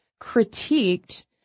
critiqued